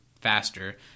faster